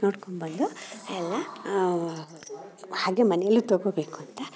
ನೋಡ್ಕೊಬಂದು ಎಲ್ಲ ಹಾಗೇ ಮನೇಲೂ ತಗೋಬೇಕು ಅಂತ